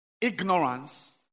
ignorance